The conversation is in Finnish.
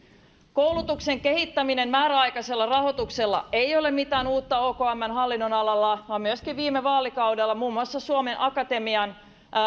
koulutuksen kehittäminen määräaikaisella rahoituksella ei ole mitään uutta okmn hallinnonalalla vaan myöskin viime vaalikaudella muun muassa suomen akatemian